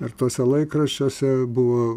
ir tuose laikraščiuose buvo